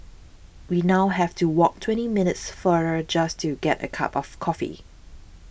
we now have to walk twenty minutes farther just to get a cup of coffee